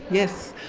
yes,